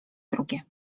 drugie